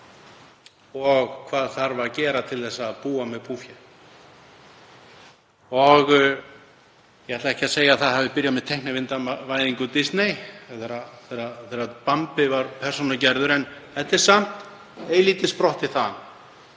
og hvað þarf að gera til að búa með búfé. Ég ætla ekki að segja að það hafi byrjað með teiknimyndavæðingu Disney þegar Bambi var persónugerður en þetta er samt eilítið sprottið þaðan.